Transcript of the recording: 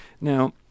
Now